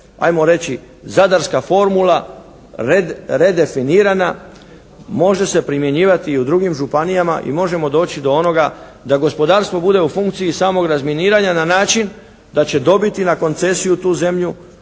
ajmo reći zadarska formula, redefinirana. Može se primjenjivati i u drugim županijama i možemo doći do onoga, da gospodarstvo bude u funkciji samog razminiranja na način da će dobiti na koncesiju tu zemlju